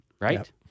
right